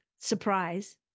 Surprise